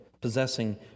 Possessing